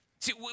See